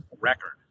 record